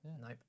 Nope